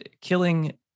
killing